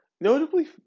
notably